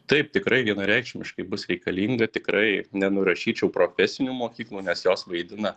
taip tikrai vienareikšmiškai bus reikalinga tikrai nenurašyčiau profesinių mokyklų nes jos vaidina